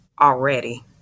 already